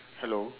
hello